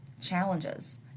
challenges